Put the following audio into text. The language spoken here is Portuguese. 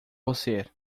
você